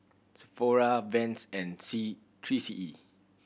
Sephora Vans and C Three C E